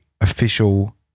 official